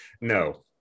no